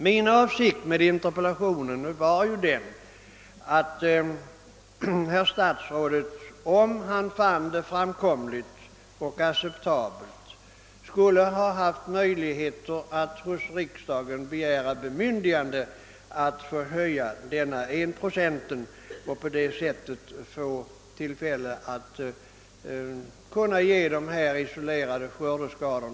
Min avsikt med interpellationen var att jordbruksministern — om han bedömde det här förslaget som acceptabelt — skulle kunna begära bemyndigande av riksdagen att få höja denna enprocentsgräns för att bereda möjlighet till utbetalning av högre ersättningar för dessa isolerade skördeskador.